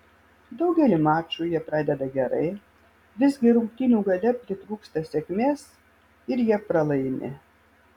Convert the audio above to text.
daugelį mačų jie pradeda gerai visgi rungtynių gale pritrūksta sėkmės ir jie pralaimi